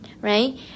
right